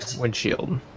windshield